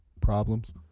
problems